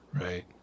Right